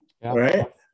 right